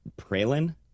pralin